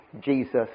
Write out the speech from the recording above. Jesus